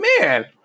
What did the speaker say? man